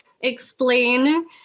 explain